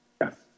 Yes